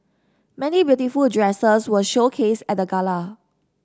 many beautiful dresses were showcased at the gala